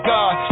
God